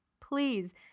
Please